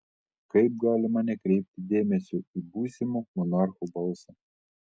kaip galima nekreipti dėmesio į būsimo monarcho balsą